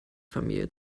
familie